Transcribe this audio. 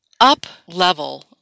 up-level